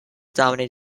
dominated